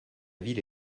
ville